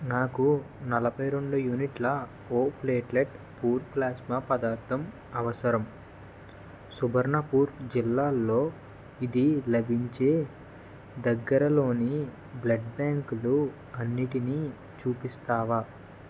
నాకు నలభై రెండు యూనిట్ల ఓ ప్లేట్లెట్ పూర్ ప్లాస్మా పదార్థం అవసరం సుబర్ణపూర్ జిల్లాలో ఇది లభించే దగ్గరలోని బ్లడ్ బ్యాంకులు అన్నిటినీ చూపిస్తావా